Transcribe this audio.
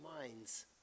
minds